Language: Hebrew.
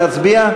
להצביע?